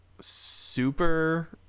super